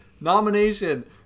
nomination